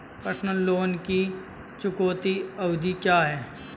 Personal loan की चुकौती अवधि क्या है?